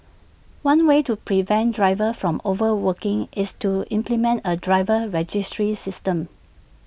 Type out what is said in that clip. one way to prevent drivers from overworking is to implement A driver registry system